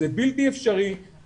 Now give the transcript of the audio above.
זה בלתי אפשרי,